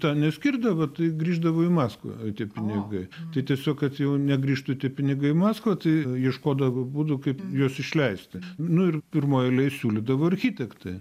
ta neskirdavo tai grįždavo į maskvą tie pinigai tai tiesiog kad jau negrįžtų tie pinigai į mskavą tai ieškodavo būdų kaip juos išleisti nu ir pirmoj eilėj siūlydavo architektai